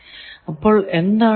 അപ്പോൾ എന്താണ് ഈ